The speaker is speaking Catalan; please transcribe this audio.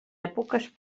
èpoques